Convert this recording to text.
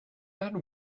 that